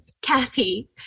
Kathy